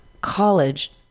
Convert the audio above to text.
college